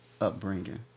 upbringing